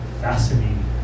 Fascinating